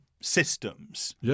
Systems